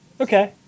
okay